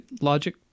logic